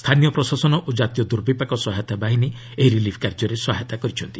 ସ୍ଥାନୀୟ ପ୍ରଶାସନ ଓ ଜାତୀୟ ଦୁର୍ବିପାକ ସହାୟତା ବାହିନୀ ଏହି ରିଲିଫ୍ କାର୍ଯ୍ୟରେ ସହାୟତା କରିଛନ୍ତି